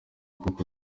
kuko